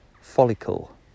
follicle